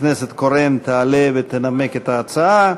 הכנסת קורן תעלה ותנמק את ההצעה.